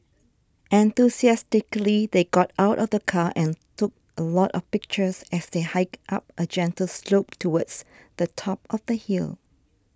enthusiastically they got out of the car and took a lot of pictures as they hiked up a gentle slope towards the top of the hill